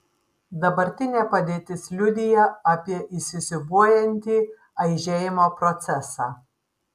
dabartinė padėtis liudija apie įsisiūbuojantį aižėjimo procesą